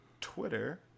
Twitter